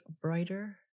brighter